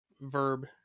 verb